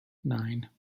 nine